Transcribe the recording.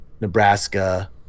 nebraska